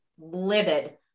livid